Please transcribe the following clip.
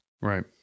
Right